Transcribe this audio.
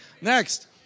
Next